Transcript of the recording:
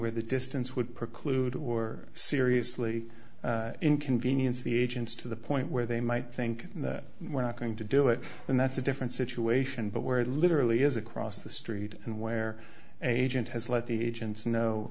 where the distance would preclude or seriously inconvenience the agents to the point where they might think we're not going to do it then that's a different situation but where it literally is across the street and where agent has let the agents know